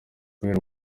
guhera